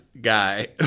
guy